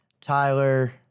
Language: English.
Tyler